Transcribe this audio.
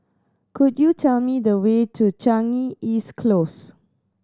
could you tell me the way to Changi East Close